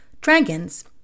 Dragons